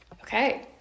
Okay